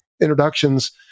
introductions